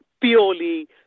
purely